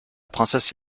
princesse